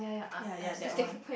ya ya that one